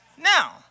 Now